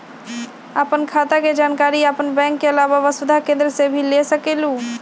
आपन खाता के जानकारी आपन बैंक के आलावा वसुधा केन्द्र से भी ले सकेलु?